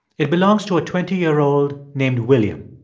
it belongs to a twenty year old named william.